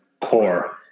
core